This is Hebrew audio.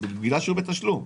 בגלל שזה בתשלום.